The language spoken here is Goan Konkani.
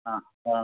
आं